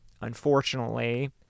Unfortunately